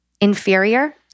inferior